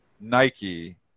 Nike